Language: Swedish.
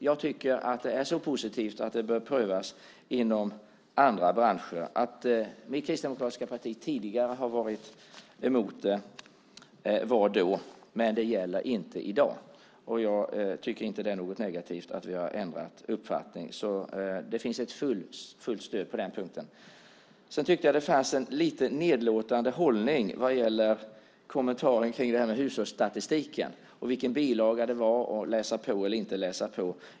Jag tycker att det här systemet är så positivt att det bör prövas också inom andra branscher. Vi i det kristdemokratiska partiet var tidigare emot det, men det gäller inte i dag. Att vi har ändrat uppfattning tycker jag inte är någonting negativt. Det finns alltså fullt stöd på den punkten. Det fanns, tycker jag, något nedlåtande i hållningen när det gäller kommentaren till hushållsstatistiken och beträffande bilagorna och vad som kunde läsas på eller inte läsas på.